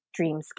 dreamscape